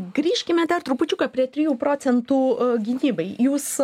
grįžkime dar trupučiuką prie trijų procentų gynybai jūs